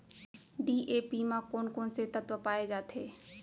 DAP म कोन कोन से तत्व पाए जाथे?